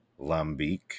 Lambic